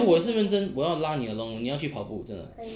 我也是认真我要拉你 along 你要去跑步真的